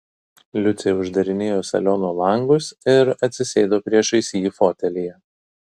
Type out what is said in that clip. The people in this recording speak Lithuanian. liucė uždarinėjo saliono langus ir atsisėdo priešais jį fotelyje